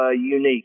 unique